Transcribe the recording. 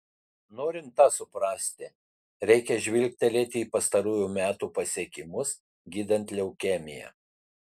norint tą suprasti reikia žvilgtelėti į pastarųjų metų pasiekimus gydant leukemiją